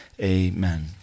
amen